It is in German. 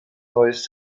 neues